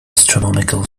astronomical